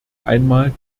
einmal